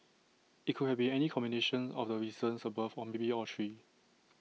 IT could have been any combination of the reasons above or maybe all three